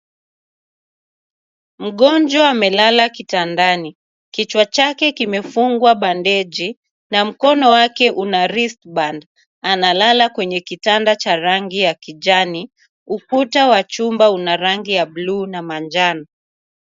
Mgonjwa amelala kitandani, kichwa chake kimefungwa bandeji na mkono wake ina wristband analala kitanda ya rangi ya kijani. Ukuta wa chumba una rangi ya buluu na manjano.